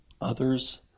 others